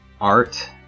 art